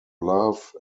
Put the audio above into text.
love